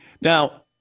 Now